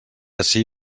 ací